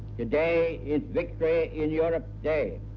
today is victory in europe day.